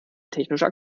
technischer